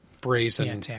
brazen